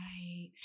Right